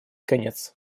конец